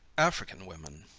african women.